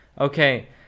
Okay